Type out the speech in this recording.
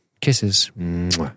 Kisses